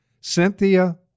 Cynthia